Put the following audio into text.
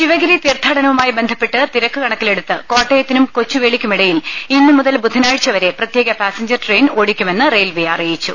ശിവഗിരി തീർത്ഥാടനവുമായി ബന്ധപ്പെട്ട് തിരക്ക് കണക്കി ലെടുത്ത് കോട്ടയത്തിനും കൊച്ചുവേളിക്കുമിടയിൽ ഇന്നുമുതൽ ബുധനാഴ്ച വരെ പ്രത്യേക പാസഞ്ചർ ട്രെയിൻ ഓടിക്കുമെന്ന് റെയിൽവേ അറിയിച്ചു